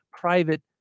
private